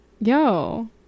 yo